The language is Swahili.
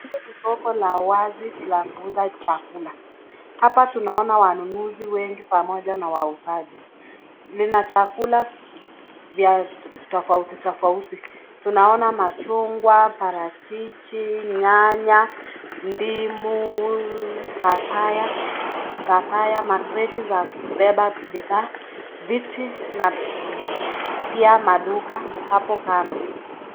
Hili ni soko la wazi la kuuza chakula, hapa tunaona wanunuzi wengi pamoja na wauzaji, lina vyakula tofautitofauti, tunaona machungwa, parachichi, nyanya, ndizi, ndimu, papaya, makreti za kubeba bidhaa, viti na pia maduka hapo kando.